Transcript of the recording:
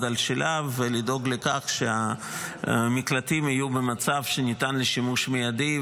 על שלה ולדאוג לכך שהמקלטים יהיו במצב שניתן לשימוש מיידי,